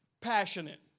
passionate